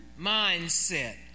mindset